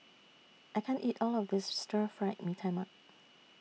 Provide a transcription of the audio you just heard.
I can't eat All of This Stir Fried Mee Tai Mak